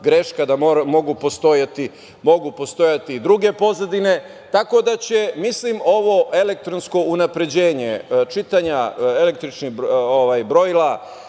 greška, da mogu postojati i druge pozadine. Tako da će ovo elektronsko unapređenje čitanja električnih brojila